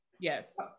Yes